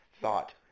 thought